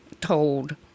told